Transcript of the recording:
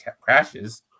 crashes